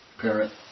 parent